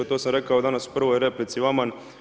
To sam rekao danas u prvoj replici vama.